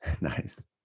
Nice